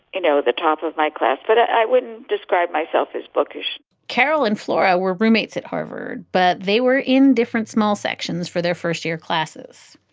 you know, the top of my class that but i wouldn't describe myself as bookish carol and flora were roommates at harvard, but they were in different small sections for their first year classes.